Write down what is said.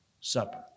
Supper